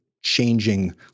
changing